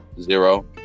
Zero